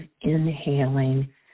inhaling